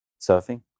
Surfing